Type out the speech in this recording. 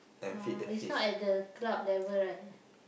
ah it's not at the club level right